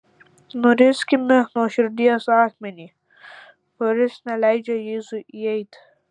nuriskime nuo širdies akmenį kuris neleidžia jėzui įeiti